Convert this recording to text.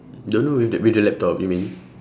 don't know with the with the laptop you mean